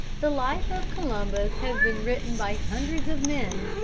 the life of columbus has been written by hundreds of men,